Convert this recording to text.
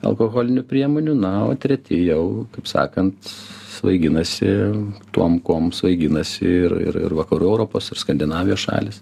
alkoholinių priemonių na o treti jau kaip sakant svaiginasi tuom kuom svaiginasi ir ir vakarų europos ir skandinavijos šalys